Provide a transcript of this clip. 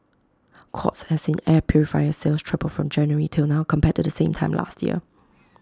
courts has seen air purifier sales triple from January till now compared to the same time last year